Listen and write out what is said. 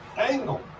angle